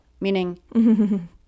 meaning